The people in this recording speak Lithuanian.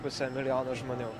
puse milijono žmonių